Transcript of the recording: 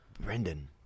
Brendan